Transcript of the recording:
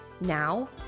Now